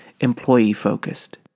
employee-focused